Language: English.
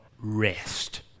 rest